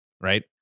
right